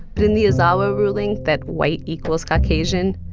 but in the ozawa ruling, that white equals caucasian,